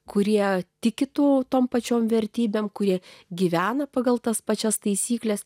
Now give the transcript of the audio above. kurie tiki to tom pačiom vertybėm kurie gyvena pagal tas pačias taisykles